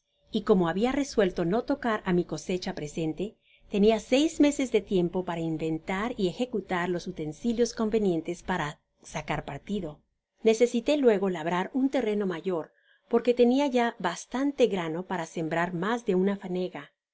y comohabia resuelto no tocar á mi cosecha presente tenia seis meses de tiempo para inventar y ejecutar los utensi lios convenientes para sacar partido necesité luego labrar un terreno mayor porque tenia ya bastante grano para sembrar mas de una fanega y